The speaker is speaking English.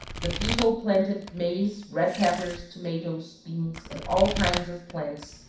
the people planted maize, red peppers, tomatoes, beans, and all kinds of plants,